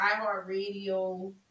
iHeartRadio